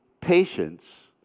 patience